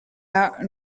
are